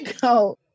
go